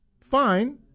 fine